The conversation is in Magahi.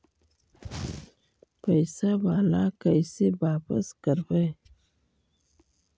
पैसा बाला कैसे बापस करबय?